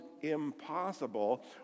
impossible